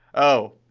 oh.